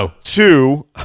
Two